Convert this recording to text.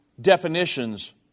definitions